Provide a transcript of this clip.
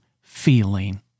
feeling